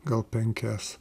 gal penkias